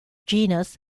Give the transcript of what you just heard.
genus